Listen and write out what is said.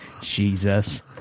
Jesus